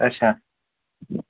اَچھا